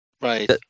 Right